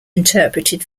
interpreted